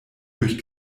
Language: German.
durch